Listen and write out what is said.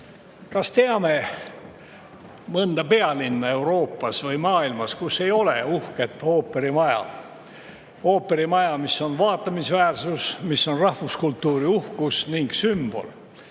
Kas teame mõnda pealinna Euroopas või mujal maailmas, kus ei ole uhket ooperimaja – ooperimaja, mis on vaatamisväärsus, mis on rahvuskultuuri uhkus ja sümbol? Üks